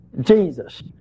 Jesus